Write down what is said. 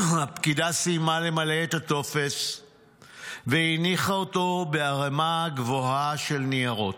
הפקידה סיימה למלא את הטופס והניחה אותו בערמה גבוהה של ניירות.